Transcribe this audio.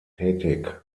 tätig